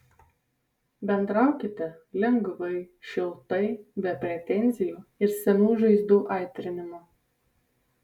bendraukite lengvai šiltai be pretenzijų ir senų žaizdų aitrinimo